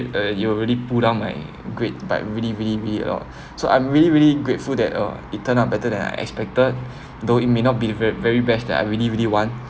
uh it'll really pull down my grade but really really weird oh so I'm really really grateful that uh it turn out better than I expected though it may not be the very very best that I really really want